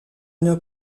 une